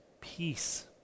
peace